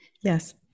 Yes